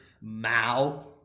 Mao